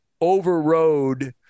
overrode